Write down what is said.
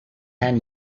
ten